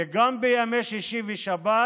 וגם בימי שישי ושבת